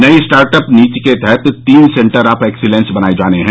नई स्टार्टअप नीति के तहत तीन सेन्टर ऑफ एक्सीलेंस बनाये जाने हैं